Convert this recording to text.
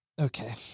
Okay